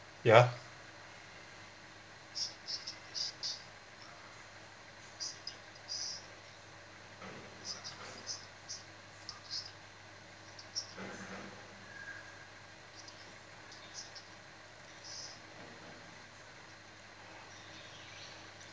ya